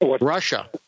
Russia